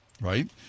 Right